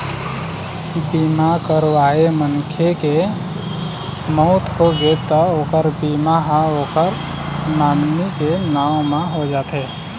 बीमा करवाए मनखे के मउत होगे त ओखर बीमा ह ओखर नामनी के नांव म हो जाथे